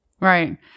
Right